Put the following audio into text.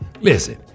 Listen